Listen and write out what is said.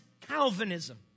Calvinism